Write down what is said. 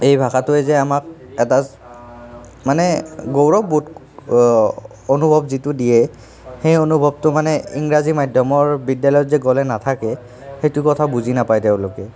এই ভাষাটোৱে যে আমাক এটা মানে গৌৰৱবোধ অনুভৱ যিটো দিয়ে সেই অনুভৱটো মানে ইংৰাজী মাধ্যমৰ বিদ্যালয়ত যে গ'লে নাথাকে সেইটো কথা বুজি নাপায় তেওঁলোকে